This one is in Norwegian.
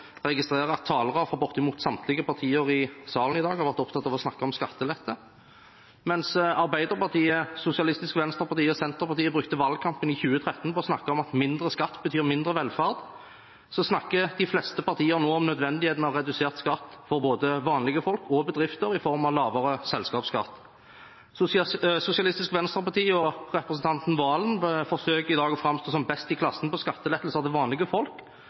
at talere fra bortimot samtlige partier i salen i dag, har vært opptatt av å snakke om skattelette. Og mens Arbeiderpartiet, Sosialistisk Venstreparti og Senterpartiet brukte valgkampen i 2013 på å snakke om at mindre skatt betyr mindre velferd, så snakker de fleste partier nå om nødvendigheten av redusert skatt for både vanlige folk og for bedrifter i form av lavere selskapsskatt. Sosialistisk Venstreparti og representanten Serigstad Valen forsøker i dag å framstå som best i klassen på skattelettelser til vanlige folk,